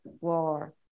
war